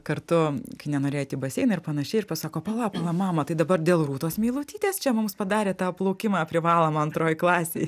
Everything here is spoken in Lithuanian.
kartu kai nenorėjo eit į baseiną ir panašiai ir pasako pala pala mama tai dabar dėl rūtos meilutytės čia mums padarė tą plaukimą privalomą antroj klasėj